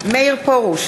מאיר פרוש,